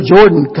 Jordan